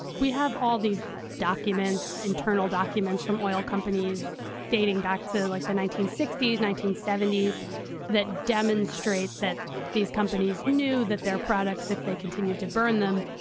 we have all these documents, internal documents from oil companies dating back to like the nineteen sixty s, nineteen seventy s that demonstrate that these companies knew that their products, if they continued to burn them,